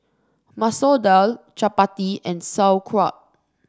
Masoor Dal Chapati and Sauerkraut